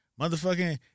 motherfucking